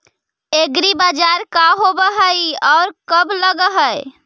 एग्रीबाजार का होब हइ और कब लग है?